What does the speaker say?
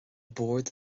bord